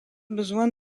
besoin